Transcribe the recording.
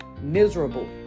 miserable